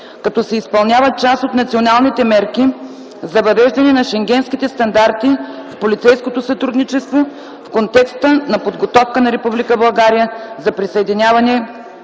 като се изпълняват част от националните мерки за въвеждане на шенгенските стандарти в полицейското сътрудничество в контекста на подготовката на Република България за присъединяване